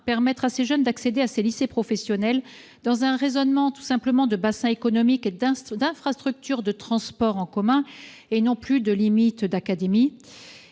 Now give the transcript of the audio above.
permettre enfin à ces jeunes d'accéder à ces lycées professionnels en se fondant sur un raisonnement de bassin économique et d'infrastructures de transport en commun et non plus sur les limites d'académie ?